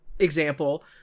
example